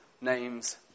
name's